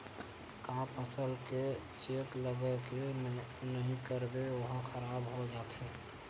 का फसल के चेत लगय के नहीं करबे ओहा खराब हो जाथे?